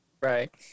Right